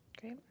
Great